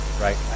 right